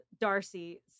Darcy